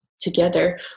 Together